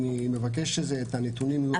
אני אבקש שהנתונים יועברו.